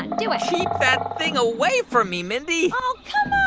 and do it keep that thing away from me, mindy oh, come